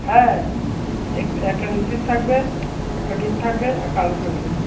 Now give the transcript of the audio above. হ্যাঁ এক একটা লেগপিস থাকবে একটা ডিম থাকবে একটা আলু থাকবে